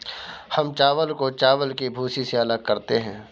हम चावल को चावल की भूसी से अलग करते हैं